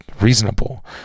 reasonable